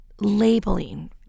labeling